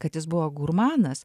kad jis buvo gurmanas